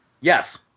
Yes